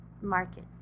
market